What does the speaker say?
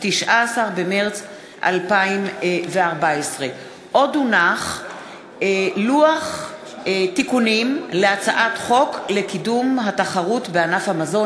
19 במרס 2014. עוד הונח לוח תיקונים להצעת חוק קידום התחרות בענף המזון,